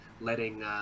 letting –